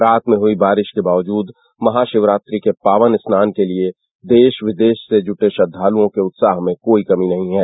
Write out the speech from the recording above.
रात में हुई बारिश के बावजूद महाशिवरात्रि के पावन स्नान के लिए देश विदेश से जुटे श्रद्धालुओं के उत्साह में कोई कमी नहीं है